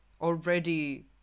already